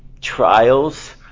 trials